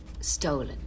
stolen